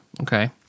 Okay